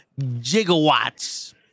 gigawatts